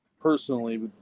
personally